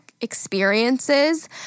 experiences